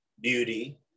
beauty